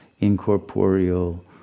incorporeal